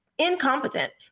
Incompetent